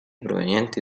provenienti